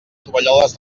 tovalloles